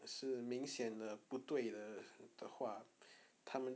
是明显的不对的的话他们